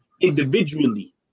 individually